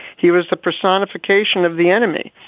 he was the personification of the enemy.